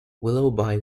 willoughby